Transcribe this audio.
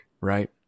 right